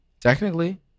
Technically